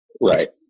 Right